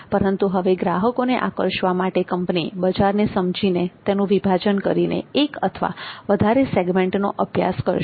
પરંતુ હવે ગ્રાહકોને આકર્ષવા માટે કંપની બજારને સમજીને તેનું વિભાજન કરીને એક અથવા વધારે સેગમેન્ટનો અભ્યાસ કરશે